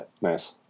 nice